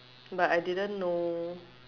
but I didn't know